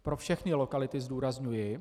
Pro všechny lokality, zdůrazňuji.